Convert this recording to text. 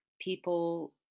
People